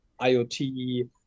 IoT